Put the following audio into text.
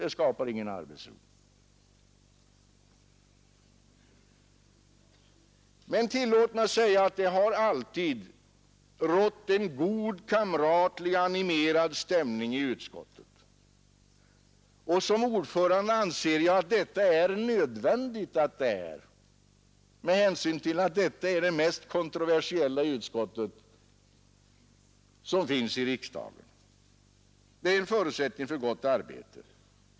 Det skapar ingen arbetsro. Men tillåt mig säga att det alltid har rått en god, kamratlig och animerad stämning i utskottet, och som ordförande anser jag det nödvändigt med hänsyn till att skatteutskottet är riksdagens mest kontroversiella utskott. Det är en förutsättning för att vi skall kunna utföra ett gott arbete.